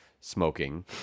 smoking